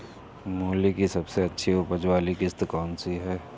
मूली की सबसे अच्छी उपज वाली किश्त कौन सी है?